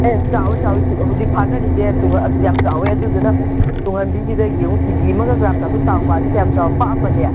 ꯑꯦ ꯆꯥꯎꯏ ꯆꯥꯎꯏ ꯍꯧꯖꯤꯛ ꯐꯥꯅꯔꯤꯁꯦ ꯌꯥꯝ ꯆꯥꯎꯑꯦ ꯑꯗꯨꯗꯨꯅ ꯇꯨꯡꯍꯟꯕꯤꯁꯤꯗ ꯌꯦꯡꯉꯨ ꯀꯦ ꯖꯤ ꯑꯃꯒ ꯒ꯭ꯔꯥꯝ ꯆꯥꯇ꯭ꯔꯨꯛ ꯇꯥꯔꯛꯄ ꯀꯌꯥꯝ ꯆꯥꯎꯔ ꯄꯥꯛꯑꯝꯃꯅꯤ